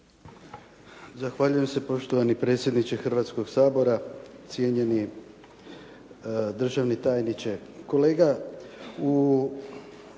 Zahvaljujem se poštovani predsjedniče Hrvatskoga sabora. Cijenjeni državni tajniče.